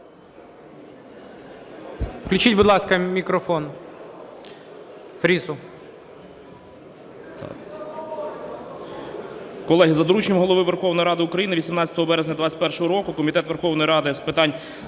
Включіть, будь ласка, мікрофон